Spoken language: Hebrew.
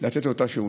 לתת את אותו שירות.